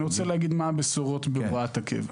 אני רוצה להגיד מה הבשורות בהוראת הקבע.